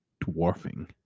dwarfing